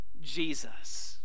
jesus